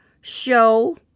Show